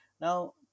Now